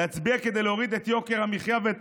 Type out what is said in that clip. להצביע כדי להוריד את יוקר המחיה ואת